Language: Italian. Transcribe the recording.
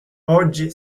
oggi